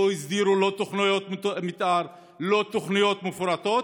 לא הסדירו לא תוכניות מתאר, לא תוכניות מפורטות,